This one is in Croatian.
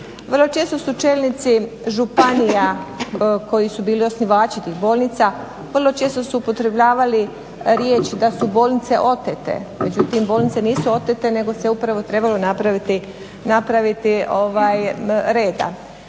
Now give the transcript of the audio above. Vrlo često su čelnici županija koji su bili osnivači tih bolnica, vrlo često su upotrebljavali riječi da su bolnice otete, međutim bolnice nisu otete, nego se upravo trebalo napraviti reda.